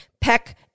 peck